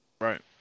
Right